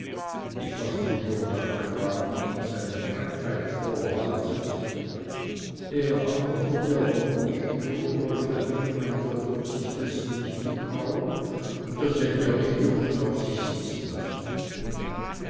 ich faßte jürg am kragen ihm seine frechheit vorhaltend er antwortete aber ruhig rudolf hätte gemeint er würde sich dessen nicht getrauen und das hätte er nicht dürfen auf sich sitzen lassen